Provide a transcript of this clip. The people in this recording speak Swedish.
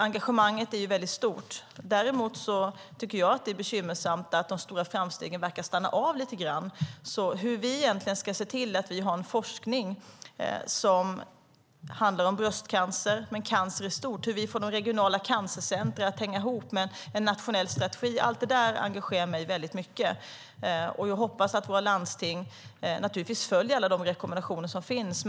Engagemanget är väldigt stort. Däremot är det bekymmersamt att de stora framstegen verkar stanna av lite grann. Hur vi egentligen ska se till att vi har en forskning som handlar om bröstcancer och cancer i stort och hur vi får nationella cancercentrum att hänga ihop med en nationell strategi engagerar mig väldigt mycket. Jag hoppas att våra landsting följer alla de rekommendationer som finns.